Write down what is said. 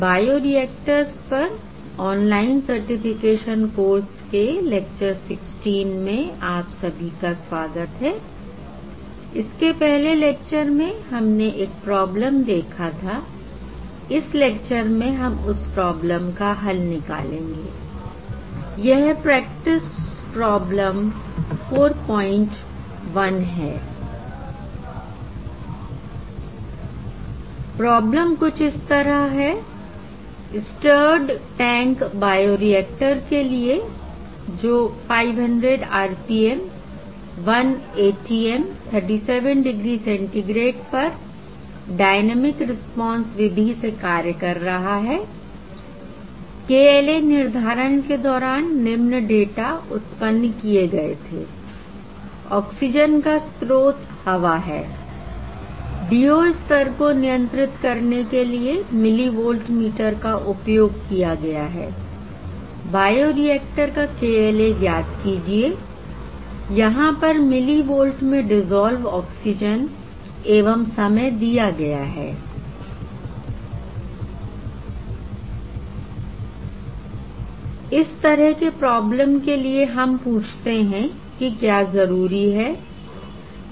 bioreactors पर online certification course के lecture 16 में आप सभी का स्वागत है I इसके पहले लेक्चर में हमने एक प्रॉब्लम देखा था I इस लेक्चर में हम उस प्रॉब्लम का हल निकालेंगे I यह प्रेक्टिस प्रॉब्लम 41है I प्रॉब्लम कुछ इस तरह है स्टर्ड टैंक बायोरिएक्टर के लिए जो 500 आरपीएम 1 atm 37 डिग्री सेंटीग्रेड पर डायनेमिक रिस्पांस विधि से कार्य कर रहा है 𝑘𝐿𝑎 निर्धारण के दौरान निम्न डाटा उत्पन्न किए गए थे I ऑक्सीजन का स्रोत हवा है I DO स्तर को नियंत्रित करने के लिए मिलिवोल्ट मीटर का उपयोग किया गया है I बायोरिएक्टर का 𝑘𝐿𝑎 ज्ञात कीजिए I यहां पर मिलिवोल्ट में डिसोल्व ऑक्सीजन एवं समय दिया गया है I इस तरह के प्रॉब्लम के लिए हम पूछते हैं कि क्या जरूरी है